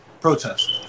protest